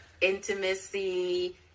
Intimacy